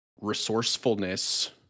resourcefulness